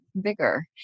bigger